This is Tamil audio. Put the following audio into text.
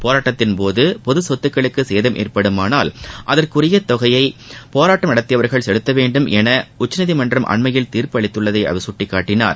போராட்டத்தின் போது பொதுச் சொத்துக்களுக்கு சேதம் ஏற்படுமானால் அகற்குரிய தொகையை போராட்டம் நடத்தியவர்கள் செலுத்த வேண்டும் என உச்சநீதிமன்றம் அண்மையில் தீர்ப்பு அளித்துள்ளதை அவர் சுட்டிக்காட்டினார்